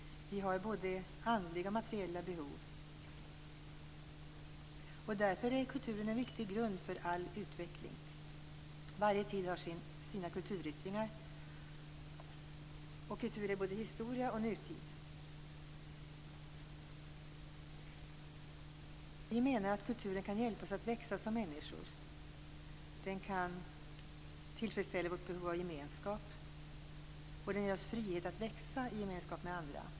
Vi har både andliga och materiella behov. Därför är kulturen en viktig grund för all utveckling. Varje tid har sina kulturyttringar, kulturen är både historia och nutid. Vi menar att kulturen kan hjälpa oss att växa som människor. Den kan tillfredsställa vårt behov av gemenskap. Den ger oss frihet att växa i gemenskap med andra.